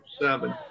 seven